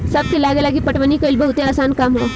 सबके लागेला की पटवनी कइल बहुते आसान काम ह